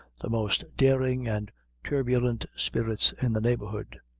the most daring and turbulent spirits in the neighborhood.